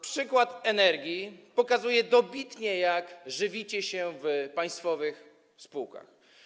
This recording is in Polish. Przykład firmy Energa pokazuje dobitnie, jak żywicie się w państwowych spółkach.